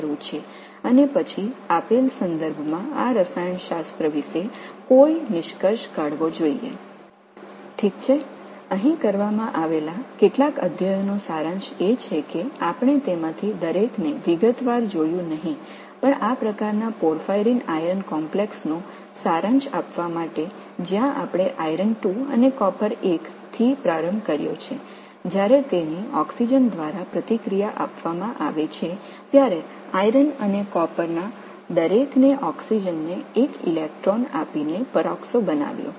சரி இங்கே செய்யப்பட்டுள்ள சில ஆய்வுகளின் சுருக்கமும் அவை ஒவ்வொன்றையும் நாம் விரிவாகப் பார்க்கவில்லை ஆனால் இரும்பு மற்றும் காப்பர் ஆகியவற்றிலிருந்து நாம் தொடங்கிய இந்த வகையான பார்பயரின் இரும்பு கலவையை சுருக்கமாகக் கூறுகிறோம் இது ஆக்ஸிஜனுடன் வினைபுரியும் அதே வேளையில் இரும்பு மற்றும் காப்பர் ஒவ்வொன்றும் ஒரு எலக்ட்ரானை ஆக்ஸிஜனுக்குக் கொடுத்து அதை பெராக்ஸோவாக மாற்றுகின்றன